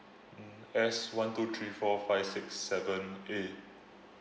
mm S one two three four five six seven A